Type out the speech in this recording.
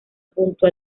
junto